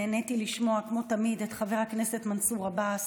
כמו תמיד באמת נהניתי לשמוע את חבר הכנסת מנסור עבאס,